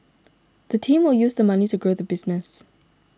the team will use the money to grow the business